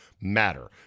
matter